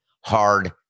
Hard